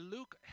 Luke